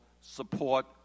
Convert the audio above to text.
support